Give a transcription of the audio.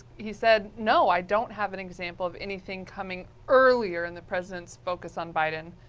he said no, i don't have an example of anything coming earlier in the residents focus on biden.